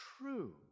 true